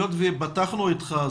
היות ופתחנו איתך,